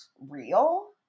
real